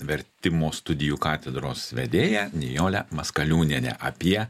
vertimo studijų katedros vedėja nijole maskaliūniene apie